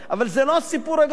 אבל זה לא הסיפור הגדול.